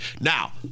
Now